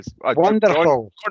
wonderful